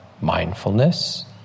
mindfulness